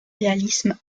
réalisme